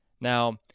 Now